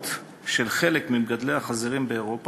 כוונות של חלק ממגדלי החזירים באירופה,